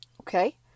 Okay